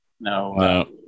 No